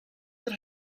that